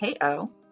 ko